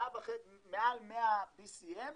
מעל 100 BCM,